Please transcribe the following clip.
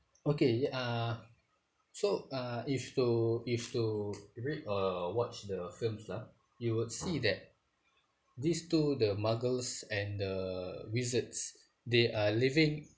okay ah so uh if you were to if you were to read or watch the films ah you would see that these two the muggles and the wizards they are living